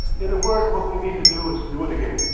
in a word, what we need to do is do it again.